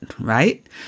right